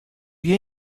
gjin